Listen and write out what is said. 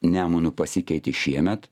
nemunu pasikeitė šiemet